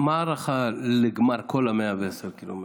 מה ההערכה לגמר כל ה-110 קילומטר?